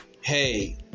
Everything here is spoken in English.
hey